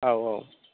औ औ